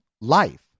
life